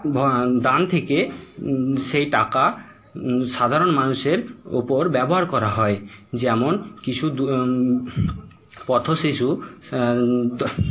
দান থেকে সেই টাকা সাধারণ মানুষের উপর ব্যবহার করা হয় যেমন কিছু পথ শিশু